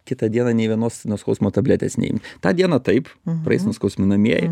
kitą dieną nei vienos nuo skausmo tabletės neimt tą dieną taip praeis nuskausminamieji